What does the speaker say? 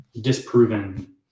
disproven